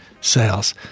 sales